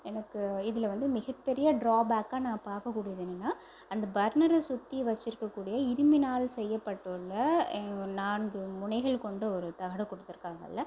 எனக்கு இதில் வந்து மிகப் பெரிய ட்ராபேக்கா நான் பார்க்கக்கூடியது என்னென்னா அந்த பர்னரை சுற்றி வச்சிருக்கக்கூடிய இரும்பினால் செய்யப்பட்டுள்ள எங்கள் நான்கு முனைகள் கொண்ட ஒரு தகடு கொடுத்துருக்காங்கல்ல